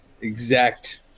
exact